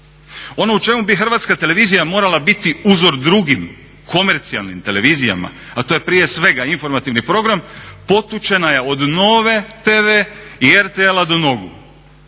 Ono u čemu bi Hrvatska televizija morala biti uzor dugim komercijalnim televizijama a to je prije svega informativni program potučena je od NOVE TV i RTL-a do nogu